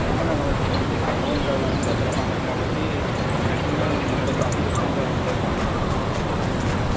ఉన్నాయ్ మ్యాడం ఇప్పుడు మనకి పండుగ ఉంది కదా మ్యాడం దసరా పండగ కాబట్టి మ్యాక్సీమమ్ ముప్పై శాతం డిస్కౌంట్ అందజేస్తాం మ్యాడం మీకు ప్రతి ప్రాడక్ట్ మీద